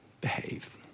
behave